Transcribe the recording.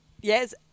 Yes